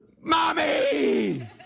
mommy